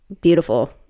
beautiful